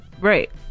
Right